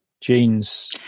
jeans